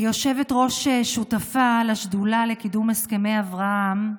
כיושבת-ראש שותפה לשדולה לקידום הסכמי אברהם,